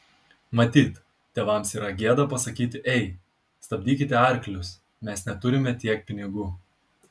matyt tėvams yra gėda pasakyti ei stabdykite arklius mes neturime tiek pinigų